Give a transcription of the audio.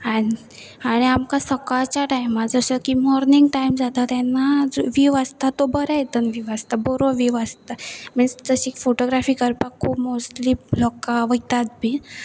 आनी आमकां सकाळच्या टायमार जसो की मोर्नींग टायम जाता तेन्ना व्यीव आसता तो बर्या हितून व्यीव आसता बरो व्यीव आसता मिन्स तशी फोटोग्राफी करपाक खूब मोस्टली लोकां वयतात बीन